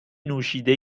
نوشیده